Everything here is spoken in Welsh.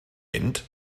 mynd